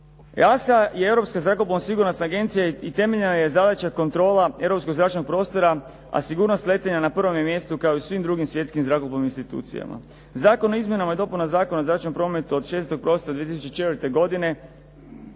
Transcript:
EASA i Europska zrakoplovna sigurnosna agencija i temeljena je zadaća i kontrola europskog zračnog prostora, a sigurnost letenja na prvom je mjestu kao i u svim dugim svjetskim zrakoplovnim institucijama. Zakon o izmjenama i dopunama Zakona o zračnom prometu od 6. prosinca 2004. godine,